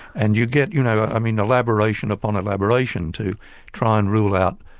and you get you know i mean elaboration upon elaboration to try and rule out